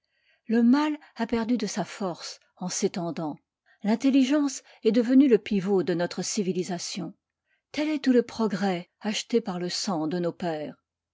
le mal a perdu de sa force en s'étendant l'intelligence est devenue le pivot de notre civilisation tel est tout le progrès acheté par le sang de nos pères